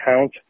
count